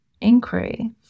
inquiry